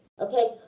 Okay